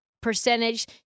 percentage